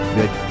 good